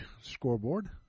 scoreboard